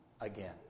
again